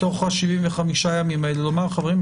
תוך 75 הימים האלה לומר: חברים,